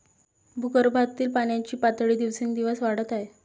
भूगर्भातील पाण्याची पातळी दिवसेंदिवस वाढत आहे